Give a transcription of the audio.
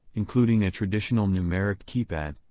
including a traditional numeric keypad,